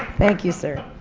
thank you sir.